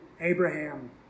Abraham